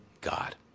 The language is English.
God